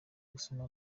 gusoma